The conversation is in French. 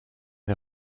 des